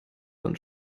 und